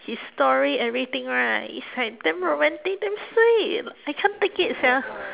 his story everything right it's like damn romantic damn sweet I can't take it sia